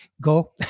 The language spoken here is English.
go